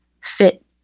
fit